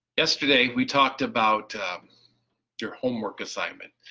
yesterday we talked about your homework assignment,